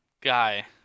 guy